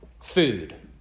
food